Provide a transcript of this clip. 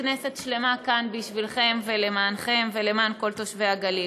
כנסת שלמה כאן בשבילכם ולמענכם ולמען כל תושבי הגליל.